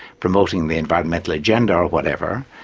promoting the environmental agenda or whatever?